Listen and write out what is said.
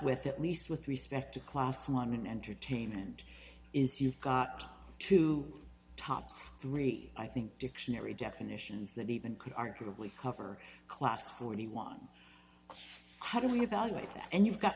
with at least with respect to class money in entertainment is you've got two tops three i think dictionary definitions that even could arguably cover class for anyone how do you evaluate it and you've got